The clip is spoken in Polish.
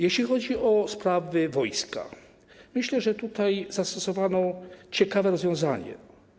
Jeśli chodzi o sprawy wojska, myślę, że tutaj zastosowano ciekawe rozwiązanie.